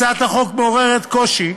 הצעת החוק מעוררת קושי.